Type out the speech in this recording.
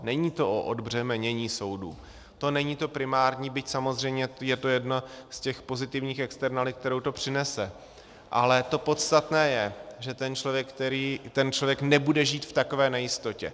Není to o odbřemenění soudů, to není to primární, byť samozřejmě je to jedna z pozitivních externalit, kterou to přinese, ale to podstatné je, že ten člověk nebude žít v takové nejistotě.